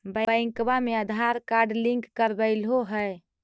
बैंकवा मे Aadhaar card link करवैलहो है?